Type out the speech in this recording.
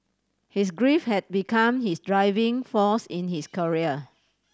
his grief had become his driving force in his career